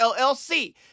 LLC